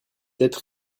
être